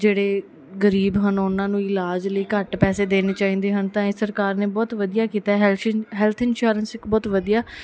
ਜਿਹੜੇ ਗਰੀਬ ਹਨ ਉਹਨਾਂ ਨੂੰ ਇਲਾਜ ਲਈ ਘੱਟ ਪੈਸੇ ਦੇਣੇ ਚਾਹੀਦੇ ਹਨ ਤਾਂ ਇਹ ਸਰਕਾਰ ਨੇ ਬਹੁਤ ਵਧੀਆ ਕੀਤਾ ਹੈਲਸ਼ਿਨ ਹੈਲਥ ਇਨਸ਼ੋਰੈਂਸ ਇੱਕ ਬਹੁਤ ਵਧੀਆ